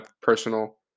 personal